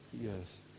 Yes